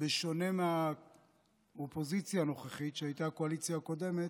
שהייתה האופוזיציה הקודמת,